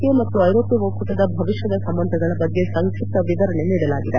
K ಮತ್ತು ಐರೋಪ್ಯ ಒಕ್ಕೂ ಟದ ಭವಿಷ್ಯದ ಸಂಬಂಧಗಳ ಬಗ್ಗೆ ಸಂಕ್ವಿಪ್ತ ವಿವರಣೆ ನೀಡಲಾಗಿದೆ